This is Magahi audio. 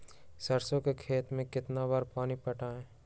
सरसों के खेत मे कितना बार पानी पटाये?